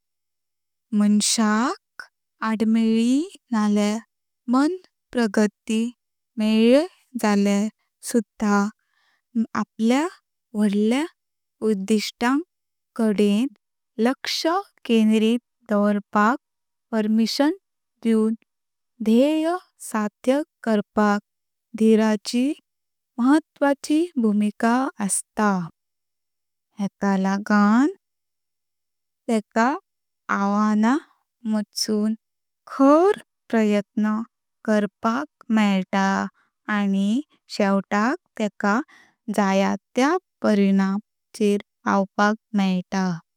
मांशांक आद्मेली नल्य मंद प्रगति म्येळे जाल्यार सुध्दा आपल्या व्होडल्या उद्दिष्ट काडें लक्ष केंद्रित दावरपाक परमीशन् दिवून ध्येय साध्य करपाक धीराची महत्वाची भूमका आस्ता। हेका लागण तेका आव्हानां मडसून खर प्रयत्न करपाक म्येळ्ता अनी शेवटाका तेका जया त्या परिणामां चर पावपाक म्येळ्ता।